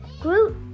Groot